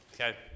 Okay